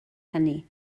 hynny